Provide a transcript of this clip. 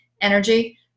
energy